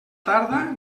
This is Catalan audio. tarda